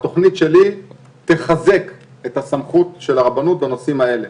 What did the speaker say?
התכנית שלי תחזק את הסמכות של הרבנות בנושאים האלה.